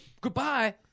Goodbye